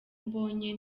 mbonye